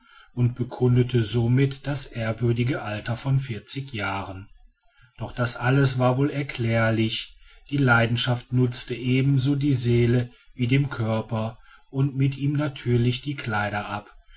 und bekundete somit das ehrwürdige alter von vierzig jahren doch das alles war wohl erklärlich die leidenschaften nutzen ebenso die seele wie den körper und mit ihm natürlich die kleider ab